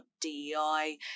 DEI